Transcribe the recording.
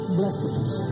blessings